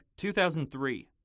2003